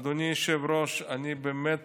אדוני היושב-ראש, אני באמת